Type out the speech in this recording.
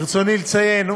ברצוני לציין.